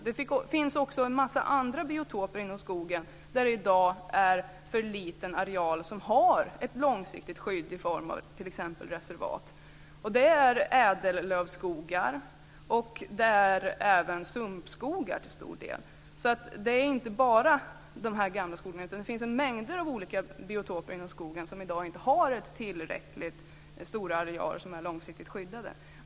Det finns en del andra biotoper i skogen där vi i dag har en för liten areal som har ett långsiktigt skydd i form av t.ex. reservat. Det är ädellövskogar och även sumpskogar till stor del. Det gäller alltså inte bara gammelskogarna, utan det finns mängder av olika biotoper inom skogen som i dag inte har tillräckligt stora arealer som är långsiktigt skyddade.